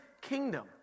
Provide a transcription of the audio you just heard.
kingdom